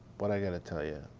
but, i gotta tell ya,